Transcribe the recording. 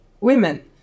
women